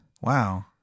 Wow